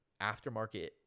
Aftermarket